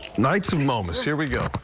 knights of momus, here we go.